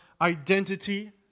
Identity